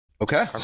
Okay